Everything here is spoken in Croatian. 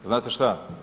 Znate šta?